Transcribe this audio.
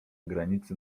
granicy